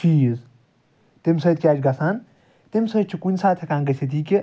چیٖز تَمہِ سۭتۍ کیٛاہ چھُ گَژھان تَمہِ سۭتۍ چھُ کُنہ ساتہٕ ہیٚکان گٔژھِتھ یہِ کہِ